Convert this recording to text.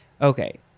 Okay